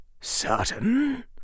certain